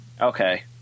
okay